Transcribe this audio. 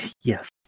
Yes